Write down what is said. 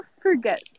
forget